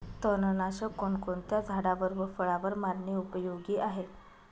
तणनाशक कोणकोणत्या झाडावर व फळावर मारणे उपयोगी आहे?